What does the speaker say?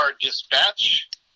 Dispatch